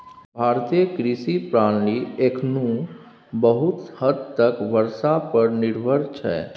भारतीय कृषि प्रणाली एखनहुँ बहुत हद तक बर्षा पर निर्भर छै